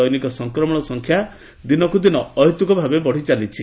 ଦୈନିକ ସଂକ୍ରମଣ ସଂଖ୍ୟା ଦିନକୁଦିନ ଅହେତୁକ ଭାବେ ବଢ଼ିଚାଲିଛି